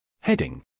Heading